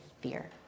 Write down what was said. fear